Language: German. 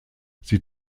sie